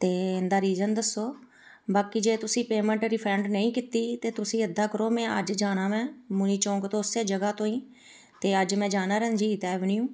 ਅਤੇ ਇਨਦਾ ਰੀਜਨ ਦੱਸੋ ਬਾਕੀ ਜੇ ਤੁਸੀਂ ਪੇਮੈਂਟ ਰਿਫੰਡ ਨਹੀਂ ਕੀਤੀ ਤਾਂ ਤੁਸੀਂ ਇੱਦਾਂ ਕਰੋ ਮੈਂ ਅੱਜ ਜਾਣਾ ਵੈਂ ਮੁਨੀ ਚੌਂਕ ਤੋਂ ਉਸੇ ਜਗ੍ਹਾ ਤੋਂ ਹੀ ਅਤੇ ਅੱਜ ਮੈਂ ਜਾਣਾ ਰਣਜੀਤ ਐਵਨਿਊ